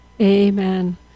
Amen